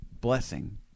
Blessing